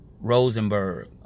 Rosenberg